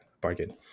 bargain